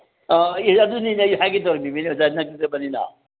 ꯑ ꯑꯦ ꯑꯗꯨꯅꯤꯅꯦ ꯑꯩ ꯍꯥꯏꯒꯦ ꯇꯧꯔꯝꯃꯤꯅꯤꯅꯦ ꯑꯣꯖꯥ ꯅꯛꯅꯕꯅꯤꯅ